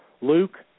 Luke